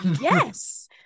yes